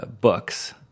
books